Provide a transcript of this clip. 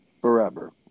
forever